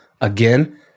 again